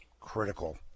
critical